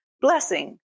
blessing